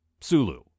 Sulu